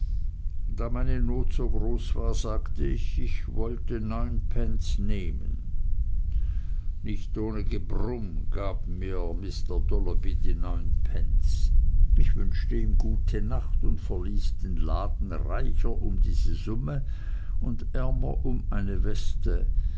da meine not so groß war sagte ich ich wollte neun pence nehmen nicht ohne gebrumm gab mr dolloby die neun pence ich wünschte ihm gute nacht und verließ den laden reicher um diese summe und ärmer um eine weste